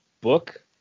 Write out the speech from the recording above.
book